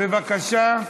בבקשה,